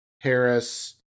harris